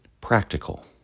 practical